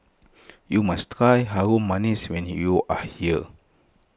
you must try Harum Manis when you are here